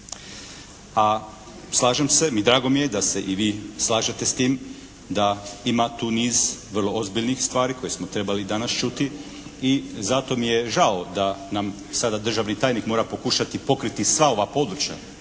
a slažem se i drago mi je da se i vi slažete s tim da ima tu niz vrlo ozbiljnih stvari koje smo trebali danas čuti i zato mi je žao da nam sada državni tajnik mora pokušati pokriti sva ova područja